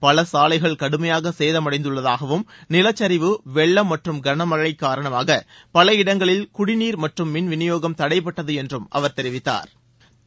பல சாலைகள் கடுமையாக சேதடைந்துள்ளதாகவும் நிலச்சரிவு வெள்ளம் மற்றும் கனமழை காரணமாக பல இடங்களில் குடிநீர் மற்றும் மின்வினியோகம் தடைபட்டது என்றும் அவர் தெரிவித்தா்